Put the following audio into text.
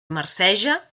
marceja